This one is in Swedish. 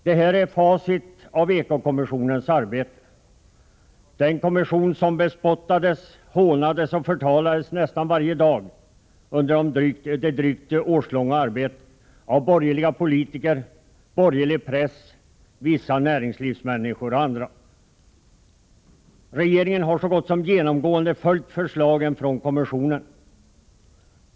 Detta är facit av det arbete som utförts av eko-kommissionen, den kommission som under sitt drygt årslånga arbete bespottades, hånades och förtalades nästan varje dag av borgerliga politiker, borgerlig press, vissa näringslivsföreträdare och andra. Regeringen har så gott som genomgående följt förslagen från kommissionen.